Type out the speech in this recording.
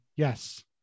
Yes